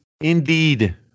Indeed